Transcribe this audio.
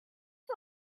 you